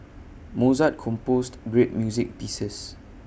Mozart composed great music pieces